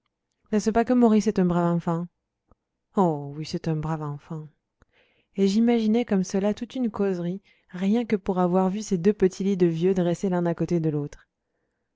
n'est-ce pas que maurice est un brave enfant oh oui c'est un brave enfant et j'imaginais comme cela toute une causerie rien que pour avoir vu ces deux petits lits de vieux dressés l'un à côté de l'autre